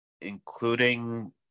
including